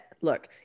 look